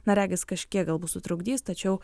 na regis kažkiek galbūt sutrukdys tačiau